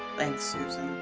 thanks susan,